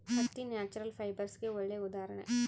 ಹತ್ತಿ ನ್ಯಾಚುರಲ್ ಫೈಬರ್ಸ್ಗೆಗೆ ಒಳ್ಳೆ ಉದಾಹರಣೆ